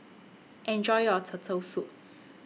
Enjoy your Turtle Soup